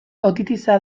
otitisa